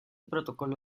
protocolo